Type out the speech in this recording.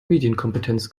medienkompetenz